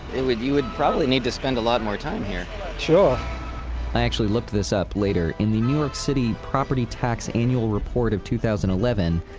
it would you would probably need to spend a lot more time here sure i actually looked this up later. in the new york city property tax annual report of two thousand and eleven,